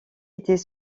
était